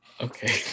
Okay